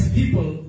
people